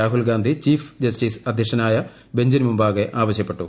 Rahul Gandhi chief justice അധ്യക്ഷനായ ബെഞ്ചിനുമുൻപാകെ ആവശ്യപ്പെട്ടു